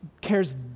cares